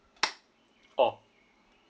oh